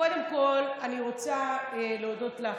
קודם כול, אני רוצה להודות לך,